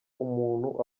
umuntu